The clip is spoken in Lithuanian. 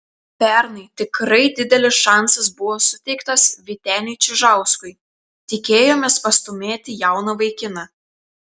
pernai tikrai didelis šansas buvo suteiktas vyteniui čižauskui tikėjomės pastūmėti jauną vaikiną